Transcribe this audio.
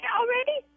already